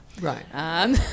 Right